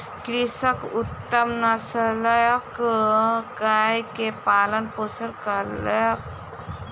कृषक उत्तम नस्लक गाय के पालन पोषण कयलक